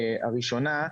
הראשונה,